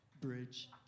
bridge